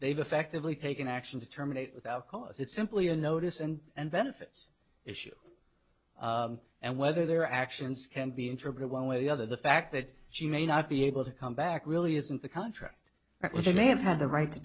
they've effectively taken action to terminate without cause it's simply a notice and benefits issue and whether their actions can be interpreted one way or the other the fact that she may not be able to come back really isn't the contract with the names have the right to